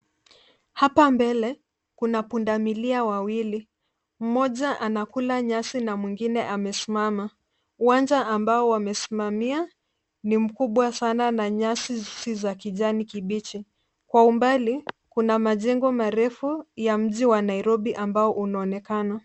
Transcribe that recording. Hapa mbele kuna pundamilia wawili mmoja anakula nyasi na mwingine amesimama. Uwanja ambao wamesimamia ni mkubwa sana na nyasi si za kijani kibichi. Kwa umbali kuna majengo marefu ya mji wa Nairobi unaonekana.